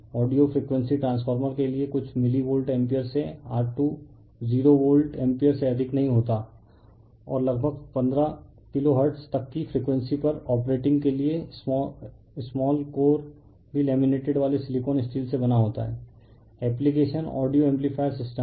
audio frequency transformer के लिए कुछ मिली वोल्ट एम्पीयर से R20 वोल्ट एम्पीयर से अधिक नहीं होता और लगभग 15 किलो हर्ट्ज तक की फ्रीक्वेंसी पर ऑपरेटिंग के लिए स्माल कोर भी लैमिनेटेड वाले सिलिकॉन स्टील से बना होता है एप्लिकेशन ऑडियो एम्पलीफायर सिस्टम हैं